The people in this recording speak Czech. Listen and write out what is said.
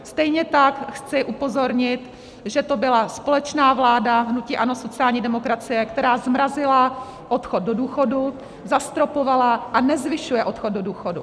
Stejně tak chci upozornit, že to byla společná vláda hnutí ANO a sociální demokracie, která zmrazila odchod do důchodu, zastropovala a nezvyšuje odchod do důchodu.